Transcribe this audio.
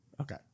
Okay